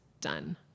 done